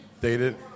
dated